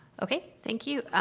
ok thank you.